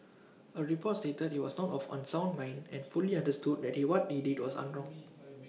A report stated he was not of unsound mind and fully understood that he what he did was wrong